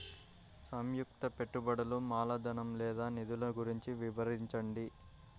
సంయుక్త పెట్టుబడులు మూలధనం లేదా నిధులు గురించి వివరించండి?